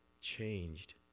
changed